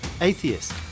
atheist